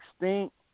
extinct